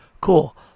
cool